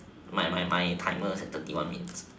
my my my timer is at thirty one minutes